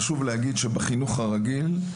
חשוב להגיד שבחינוך הרגיל אין,